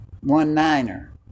one-niner